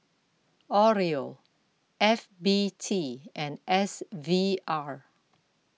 Oreo F B T and S V R